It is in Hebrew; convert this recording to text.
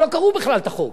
הם לא קראו בכלל את החוק,